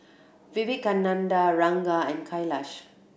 Vivekananda Ranga and Kailash